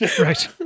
Right